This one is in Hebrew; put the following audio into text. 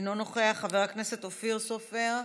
אינו נוכח, חבר הכנסת אופיר סופר,